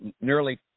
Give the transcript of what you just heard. nearly